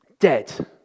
Dead